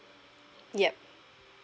yup